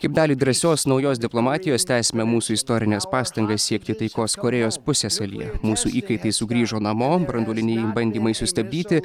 kaip dalį drąsios naujos diplomatijos tęsime mūsų istorines pastangas siekti taikos korėjos pusiasalyje mūsų įkaitai sugrįžo namo branduoliniai bandymai sustabdyti